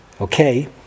Okay